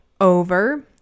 over